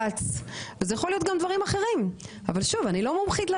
גם במקרה הזה אין לנו מחלוקת שמי שנתן